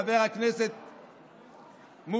חבר הכנסת מולא,